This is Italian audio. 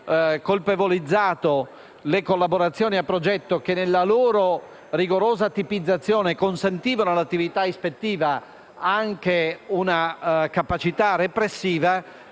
colpevolizzato le collaborazioni a progetto, che nella loro rigorosa tipizzazione consentivano all'attività ispettiva anche una capacità repressiva